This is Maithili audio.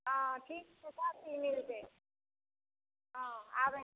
हँ ठीक छै सभचीज मिलतै हँ आबै छी